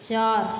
चार